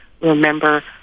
remember